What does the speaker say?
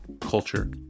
culture